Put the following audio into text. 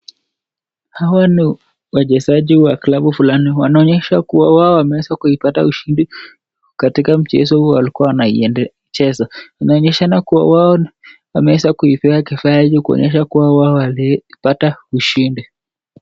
Hawa ni wachezaji wa clabu fulani wanaonyesha kuwa wao wameweza kuipata ushindi katika mchezo huu walikuwa wanacheza. Inaonyeshana kuwa wao wameweza kuinua kifaa hiki ili kuonyesha kuwa wao walipata ushindi.